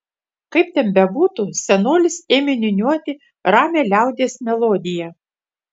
kaip ten bebūtų senolis ėmė niūniuoti ramią liaudies melodiją